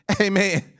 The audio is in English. Amen